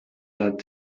that